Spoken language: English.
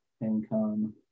income